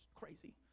crazy